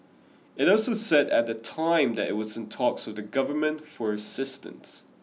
it also said at the time that it was in talks with the Government for assistance